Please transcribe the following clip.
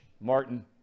Martin